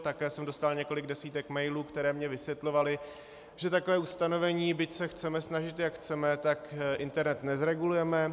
Také jsem dostal několik desítek mailů, které mi vysvětlovaly, že takové ustanovení, byť se chceme snažit jak chceme, internet nezreguluje.